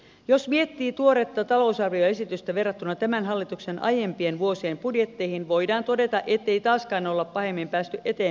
jos miettii tuoretta talousarvioesitystä verrattuna tämän hallituksen aiempien vuosien budjetteihin voidaan todeta ettei taaskaan ole pahemmin päästy eteenpäin